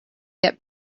get